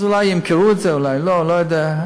אז אולי ימכרו את זה, אולי לא, לא יודע.